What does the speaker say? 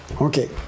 Okay